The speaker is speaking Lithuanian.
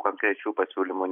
konkrečių pasiūlymų